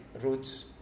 routes